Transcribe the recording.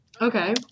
okay